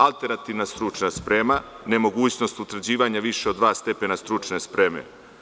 Alternativna stručna sprema, nemogućnost utvrđivanja više od dva stepena stručne spreme.